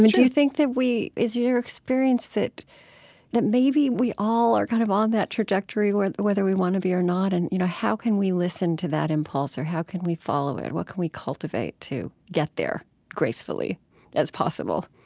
do you think that we is it your experience that that maybe we all are kind of on that trajectory whether we want to be or not? and you know how can we listen to that impulse or how can we follow it? what can we cultivate to get there gracefully as possible?